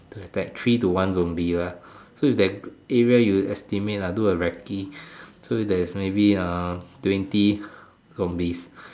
there's like three to one zombie lah so that area you estimate lah do a racky so there's maybe uh twenty zombies